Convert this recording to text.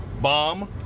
Bomb